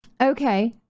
okay